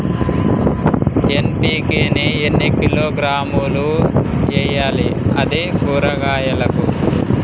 NPK ని ఎన్ని కిలోగ్రాములు వెయ్యాలి? అది కూరగాయలకు?